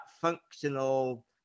functional